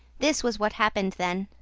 this was what happened then.